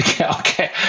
okay